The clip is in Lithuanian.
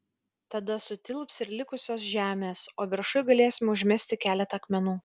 tada sutilps ir likusios žemės o viršuj galėsime užmesti keletą akmenų